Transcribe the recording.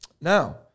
Now